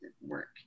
work